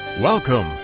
Welcome